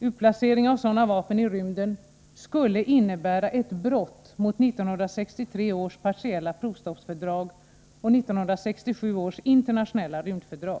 Utplacering av sådana vapen i rymden skulle innebära ett brott mot 1963 års partiella provstoppsfördrag och 1967 års internationella rymdfördrag.